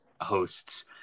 hosts